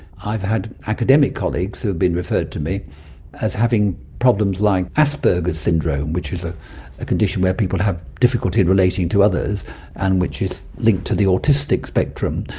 i've had academic colleagues who have been referred to me as having problems like asperger's syndrome, which is ah a condition where people have difficulty relating to others and which is linked to the autistic spectrum.